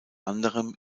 anderem